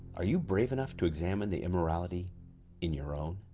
are you brave enough to examine the immorality in your own?